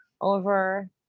over